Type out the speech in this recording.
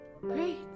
Great